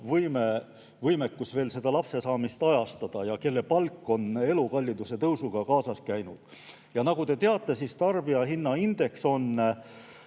võivad veel lapsesaamist ajastada ja kelle palk on elukalliduse tõusuga kaasas käinud. Nagu te teate, tarbijahinnaindeks